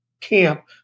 camp